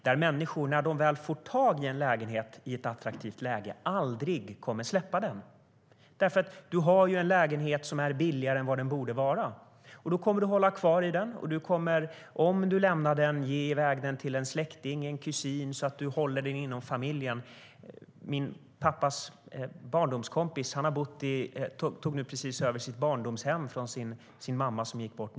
Det innebär att när man väl får tag i en lägenhet i ett attraktivt läge kommer man aldrig att släppa den därför att man har en lägenhet som är billigare än vad den borde vara. Då kommer man att behålla den. Om man lämnar den kommer man att ge den till en kusin eller en annan släkting så att man behåller den inom familjen. Min pappas barndomskompis tog precis över sitt barndomshem från sin mamma som nyligen gick bort.